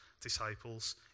disciples